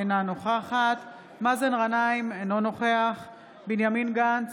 אינה נוכחת מאזן גנאים, אינו נוכח בנימין גנץ,